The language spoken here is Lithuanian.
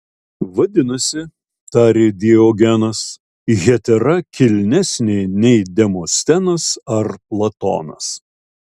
vadinasi tarė diogenas hetera kilnesnė nei demostenas ar platonas